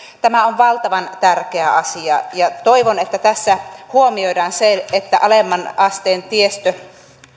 tämä on valtavan tärkeä asia ja toivon että tässä huomioidaan se että alemman asteen tiestö